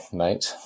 mate